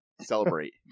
celebrate